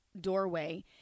doorway